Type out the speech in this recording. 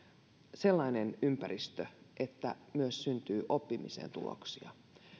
sellainen ympäristö että myös syntyy oppimisen tuloksia